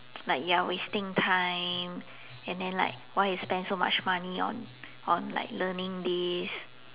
like you're wasting time and then like why you spend so much money on on like learning this